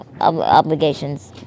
obligations